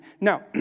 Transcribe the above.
Now